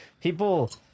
People